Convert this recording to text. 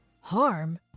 Harm